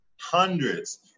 hundreds